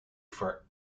for